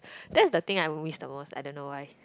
that's the thing I missed the most I don't know why